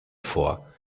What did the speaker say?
vor